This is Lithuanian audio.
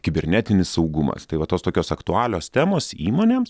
kibernetinis saugumas tai va tos tokios aktualios temos įmonėms